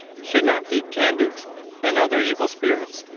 should not feed kanduks and other evil spirits.